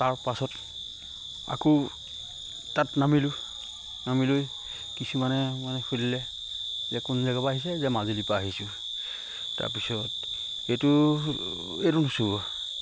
তাৰপাছত আকৌ তাত নামিলোঁ নামি লৈ কিছুমানে মানে সুধিলে যে কোন জেগাৰ পৰা আহিছে যে মাজুলীৰ পৰা আহিছোঁ তাৰপিছত এইটো এইটো নুচুব